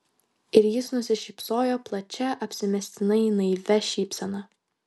ir jis nusišypsojo plačia apsimestinai naivia šypsena